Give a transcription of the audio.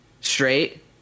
straight